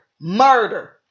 murder